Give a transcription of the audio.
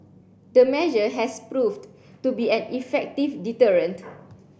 the measure has proved to be an effective deterrent